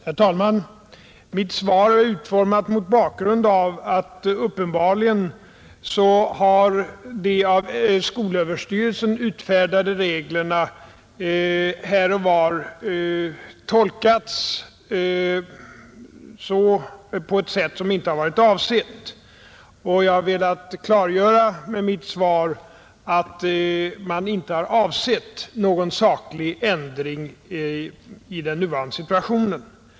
Herr talman! Mitt svar är utformat mot bakgrund av att de av skolöverstyrelsen utfärdade reglerna uppenbarligen här och var har tolkats på ett sätt som inte har varit avsett. Jag har med mitt svar velat klargöra att man inte har avsett någon saklig ändring i den nuvarande situationen.